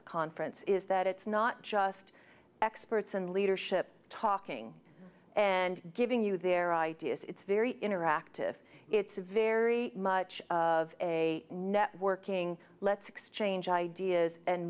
the conference is that it's not just experts and leadership talking and giving you their ideas it's very interactive it's a very much of a networking let's exchange ideas and